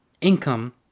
income